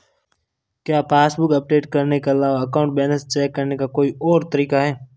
क्या passbook update करने के अलावा अकाउंट बैलेंस चेक करने का कोई और तरीका है?